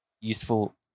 useful